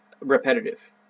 repetitive